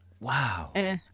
Wow